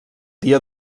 dia